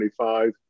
2025